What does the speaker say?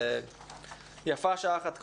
אז יפה שעה אחת קודם.